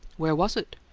where was it?